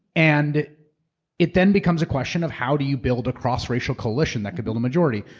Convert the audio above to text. and it then becomes a question of how do you build a cross racial collision that could build a majority.